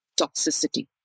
toxicity